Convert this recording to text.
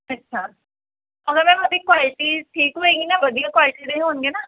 ਅੱਛਾ ਅਗਰ ਮੈਮ ਉਹਦੀ ਕੁਆਲਟੀ ਠੀਕ ਹੋਵੇਗੀ ਨਾ ਵਧੀਆ ਕੁਆਲਿਟੀ ਦੇ ਹੋਣਗੇ ਨਾ